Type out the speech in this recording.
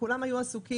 כולם היו עסוקים.